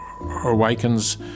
awakens